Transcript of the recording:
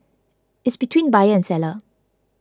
it's between buyer and seller